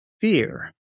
fear